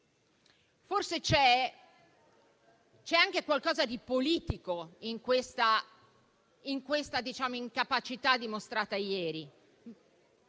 Forse c'è anche qualcosa di politico nell'incapacità dimostrata ieri